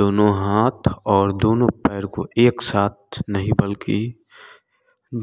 दोनों हाथ और दोनों पैर को एक साथ नहीं बल्कि